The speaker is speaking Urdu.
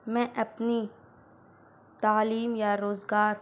میں اپنی تعلیم یا روزگار